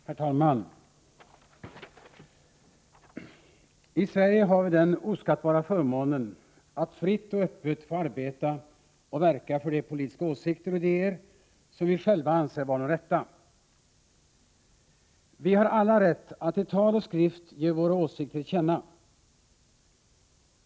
Herr talman! I Sverige har vi den oskattbara förmånen att fritt och öppet få arbeta och verka för de politiska åsikter och idéer som vi själva anser vara de rätta. Vi har alla rätt att i tal och skrift ge våra åsikter till känna.